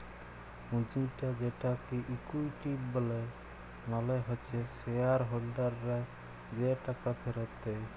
পুঁজিটা যেটাকে ইকুইটি ব্যলে মালে হচ্যে শেয়ার হোল্ডাররা যে টাকা ফেরত দেয়